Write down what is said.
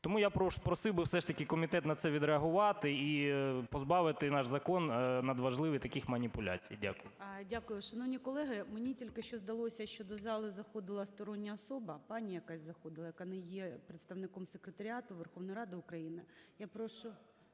Тому я просив би все ж таки комітет на це відреагувати і позбавити наш закон надважливий таких маніпуляцій. Дякую. ГОЛОВУЮЧИЙ. Дякую. Шановні колеги, мені тільки що здалося, що до зали заходила стороння особа. Пані якась заходила, яка не є представником Секретаріату Верховної Ради України. Я прошу…